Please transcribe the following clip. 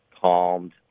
calmed